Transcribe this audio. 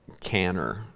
canner